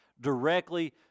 directly